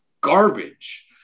garbage